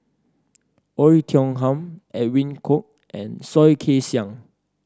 Oei Tiong Ham Edwin Koek and Soh Kay Siang